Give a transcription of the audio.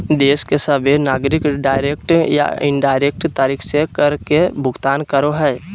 देश के सभहे नागरिक डायरेक्ट या इनडायरेक्ट तरीका से कर के भुगतान करो हय